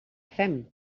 fem